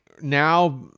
now